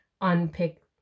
unpick